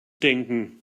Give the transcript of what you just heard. denken